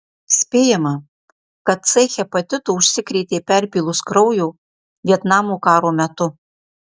spėjama kad c hepatitu užsikrėtė perpylus kraujo vietnamo karo metu